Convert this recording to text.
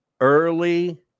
Early